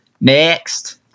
next